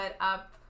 up